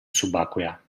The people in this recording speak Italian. subacquea